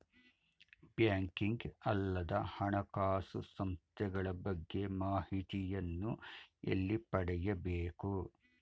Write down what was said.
Banking ಅಲ್ಲದ ಹಣಕಾಸು ಸಂಸ್ಥೆಗಳ ಬಗ್ಗೆ ಮಾಹಿತಿಯನ್ನು ಎಲ್ಲಿ ಪಡೆಯಬೇಕು?